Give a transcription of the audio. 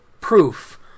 proof